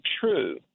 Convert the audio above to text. true